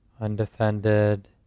undefended